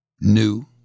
New